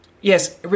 yes